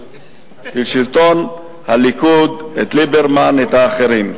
של שלטון הליכוד את ליברמן את האחרים.